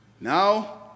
Now